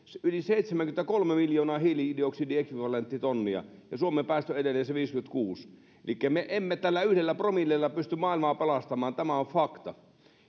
yli seitsemänkymmentäkolme miljoonaa hiilidioksidiekvivalenttitonnia ja suomen päästöt ovat edelleen se viisikymmentäkuusi elikkä me emme tällä yhdellä promillella pysty maailmaa pelastamaan tämä on fakta